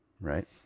right